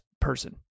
person